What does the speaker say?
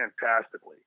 fantastically